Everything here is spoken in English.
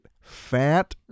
fat